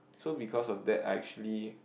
so because of that I actually